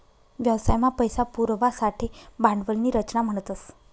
व्यवसाय मा पैसा पुरवासाठे भांडवल नी रचना म्हणतस